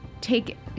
take